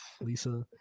Lisa